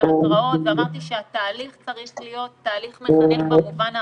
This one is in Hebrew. התראות ואמרתי שהתהליך צריך להיות תהליך מחנך במובן הרחב,